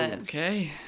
okay